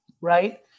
right